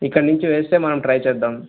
ఇక్కడ నుంచి వేస్తే మనం ట్రై చేద్దాం